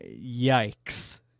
yikes